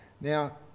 Now